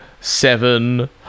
seven